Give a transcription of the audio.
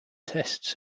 tests